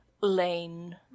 lane